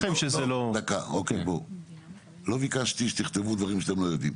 לא ביקשתי שתכתבו דברים שאתם לא יודעים.